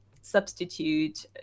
substitute